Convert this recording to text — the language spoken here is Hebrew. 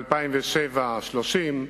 ב-2007 נהרגו 30,